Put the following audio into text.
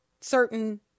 certain